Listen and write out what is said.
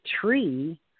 tree